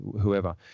whoever